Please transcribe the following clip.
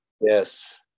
yes